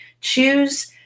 Choose